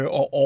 og